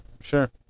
sure